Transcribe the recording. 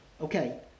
okay